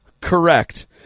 Correct